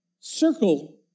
circle